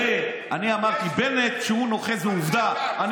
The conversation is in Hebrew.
הרי אני אמרתי, בנט, שהוא נוכל, זו עובדה.